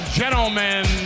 gentlemen